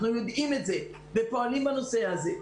אנחנו יודעים את זה ופועלים בנושא הזה.